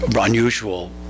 unusual